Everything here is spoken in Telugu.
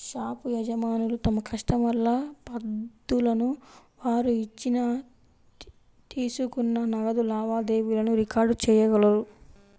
షాపు యజమానులు తమ కస్టమర్ల పద్దులను, వారు ఇచ్చిన, తీసుకున్న నగదు లావాదేవీలను రికార్డ్ చేయగలరు